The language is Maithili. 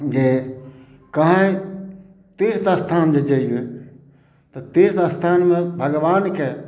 जे कहीॅं तीर्थ स्थान जे जेबै तऽ तीर्थ स्थानमे भगबानके